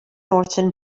norton